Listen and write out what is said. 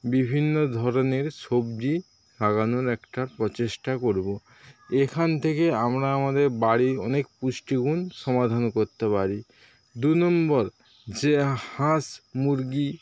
বিভিন্ন ধরনের সবজি লাগানোর একটা প্রচেষ্টা করব এখান থেকে আমরা আমাদের বাড়ির অনেক পুষ্টিগুণ সমাধান করতে পারি দু নম্বর যে হাঁস মুরগি